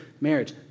marriage